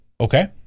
Okay